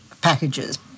packages